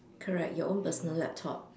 correct your own personal laptop